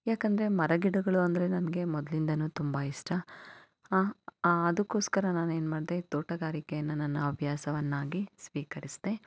ಯಾಕಂದರೆ ಮರಗಿಡಗಳು ಅಂದರೆ ನನಗೆ ಮೊದಲಿಂದನೂ ತುಂಬ ಇಷ್ಟ ಅದಕ್ಕೋಸ್ಕರ ನಾನು ಏನು ಮಾಡ್ದೆ ತೋಟಗಾರಿಕೆಯನ್ನು ನನ್ನ ಹವ್ಯಾಸವನ್ನಾಗಿ ಸ್ವೀಕರಿಸಿದೆ